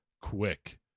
quick